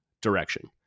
direction